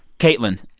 caitlin,